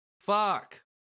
Fuck